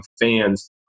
fans